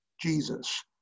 Jesus